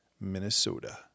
minnesota